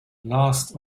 last